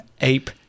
ape